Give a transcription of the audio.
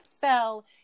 fell